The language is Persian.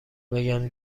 بگم